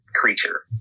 creature